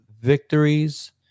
victories